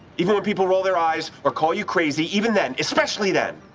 even when people roll their eyes or call you crazy. even then. especially then!